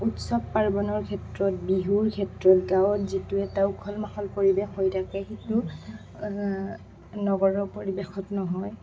উৎসৱ পাৰ্বণৰ ক্ষেত্ৰত বিহুৰ ক্ষেত্ৰত গাঁৱত যিটো এটা উখল মাখল পৰিৱেশ হৈ থাকে সেইটো নগৰৰ পৰিৱেশত নহয়